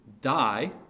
die